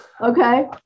Okay